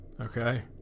Okay